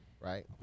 right